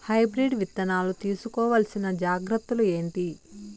Hybrid విత్తనాలు తీసుకోవాల్సిన జాగ్రత్తలు ఏంటి?